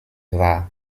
war